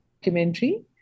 documentary